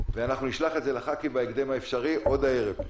נשלח את זה לח"כים בהקדם האפשרי עוד הערב.